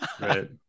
right